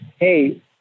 hey